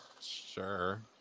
Sure